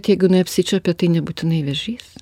tai jeigu jinai apsičiuopė tai nebūtinai vėžys